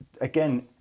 again